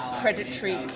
predatory